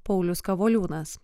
paulius kavoliūnas